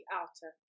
outer